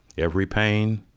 every pain,